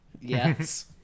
yes